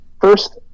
first